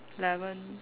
eleven